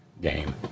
game